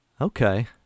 Okay